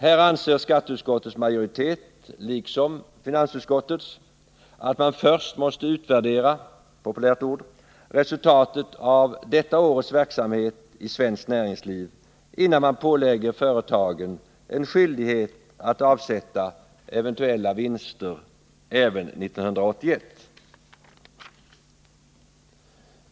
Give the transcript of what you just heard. Här anser skatteutskottets majoritet, liksom finansutskottets, att man först måste utvärdera — ett populärt ord! — resultatet av detta års verksamhet i svenskt näringsliv, innan man pålägger företagen en skyldighet att avsätta eventuella vinster även 1981.